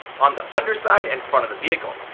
on the underside and front of the vehicle,